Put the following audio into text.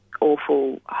awful